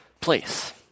place